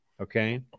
Okay